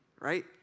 right